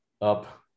up